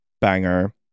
banger